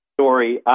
story